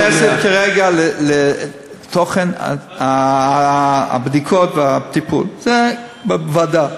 את נכנסת כרגע לתוכן הבדיקות והטיפול, זה בוועדה.